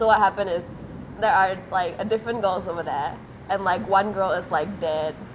so what happened is there are like a different girls over there and like one girl is like dead